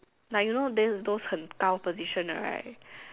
like you know these those 很高 position 的 right